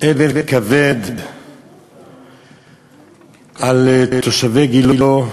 אבל כבד ירד על תושבי גילה.